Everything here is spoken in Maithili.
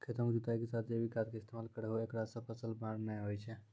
खेतों के जुताई के साथ जैविक खाद के इस्तेमाल करहो ऐकरा से फसल मार नैय होय छै?